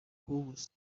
پوست